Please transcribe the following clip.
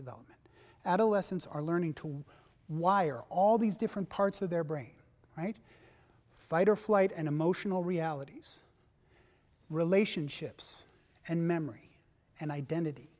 development adolescents are learning to wire all these different parts of their brain right fight or flight and emotional realities relationships and memory and identity